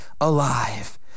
alive